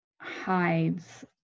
hides